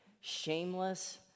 shameless